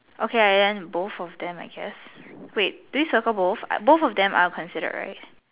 okay then both of them I guess wait do we circle both uh both of them are considered right